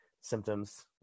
symptoms